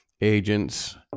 agents